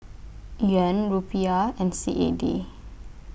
Yuan Rupiah and C A D